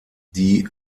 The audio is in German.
die